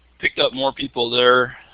picked up more people there.